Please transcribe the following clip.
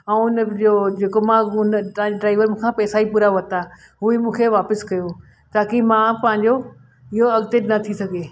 ऐं इन ॿियो जेको मां उन तव्हांजे ड्राइवर मूंखां पैसा ई पूरा वरिता हो ई मूंखे वापसि कयो ताकी मां पंहिंजो इहो अॻिते न थी सघे